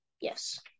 Yes